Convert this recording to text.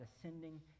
ascending